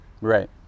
right